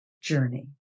journey